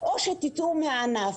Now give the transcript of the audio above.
או שתצאו מהענף.